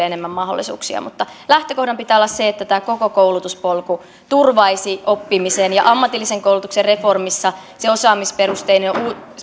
enemmän mahdollisuuksia mutta lähtökohdan pitää olla se että tämä koko koulutuspolku turvaisi oppimisen ja ammatillisen koulutuksen reformissa se osaamisperusteisuus